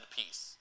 peace